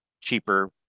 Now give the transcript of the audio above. cheaper